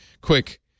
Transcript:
Quick